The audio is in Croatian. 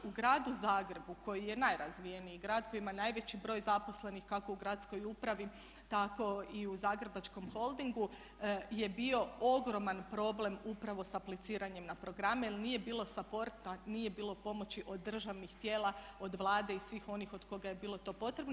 U Gradu Zagrebu koji je najrazvijeniji grad koji ima najveći broj zaposlenik kako u gradskoj upravi tako i u Zagrebačkom holdingu je bio ogroman problem upravo sa apliciranjem na programe jer nije bilo …, nije bilo pomoći od državnih tijela, od Vlade i svih onih od koga je bilo to potrebno.